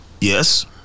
yes